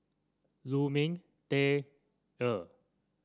Lu Ming Teh Earl